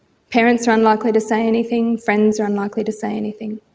parents are unlikely to say anything, friends are unlikely to say anything.